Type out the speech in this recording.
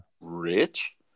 Rich